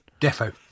defo